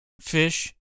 fish